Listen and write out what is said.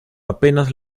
apenas